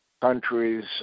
countries